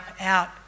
out